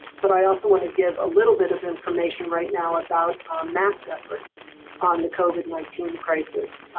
but i also want to give a little bit of information right now about mac's efforts on the covid nineteen crisis.